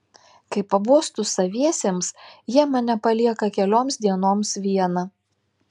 kai pabostu saviesiems jie mane palieka kelioms dienoms vieną